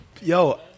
Yo